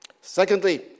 Secondly